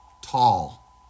tall